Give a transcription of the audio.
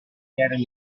erano